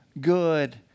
Good